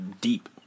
deep